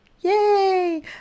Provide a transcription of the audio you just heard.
Yay